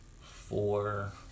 Four